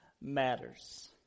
matters